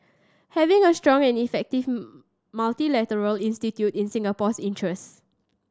having a strong and effective multilateral institute in Singapore's interest